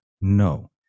no